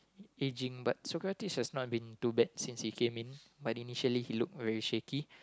aging but Sokratis was not been too bad since he came in but initially he look very shaky